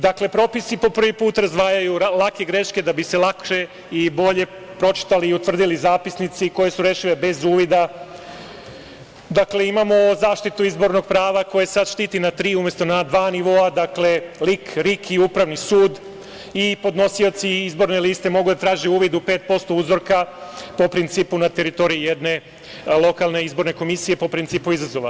Dakle, propisi po prvi put razdvajaju lake greške, da bi se lakše i bolje utvrdili zapisnici, koje su rešile bez uvida, imamo zaštitu izbornog prava, koje sada štiti na tri umesto na dva nivoa, dakle, RIK, LIK i Upravni sud, i podnosioci izborne liste mogu da traže uvid u 5% uzorka, po principu na teritoriji jedne izborne komisije, po principu izazova.